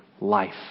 life